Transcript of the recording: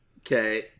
Okay